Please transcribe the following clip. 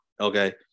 okay